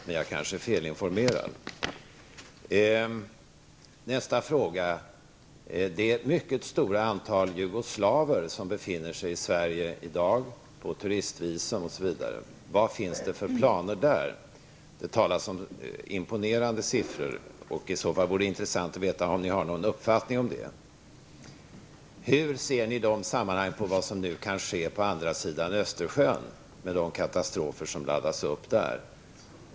Men jag är kanske felinformerad. Frågan härnäst är: Det är ett mycket stort antal jugoslaver som befinner sig i Sverige, på turistvisum osv. Vad finns det för planer i det avseendet? Imponerande siffror nämns. Därför vore det intressant att få veta om ni har någon uppfattning i det sammanhanget. Vidare: Vilka sammanhang ser ni när det gäller vad som nu kan ske på andra sidan Östersjön, med tanke på de katastrofer som laddas upp där?